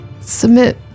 submit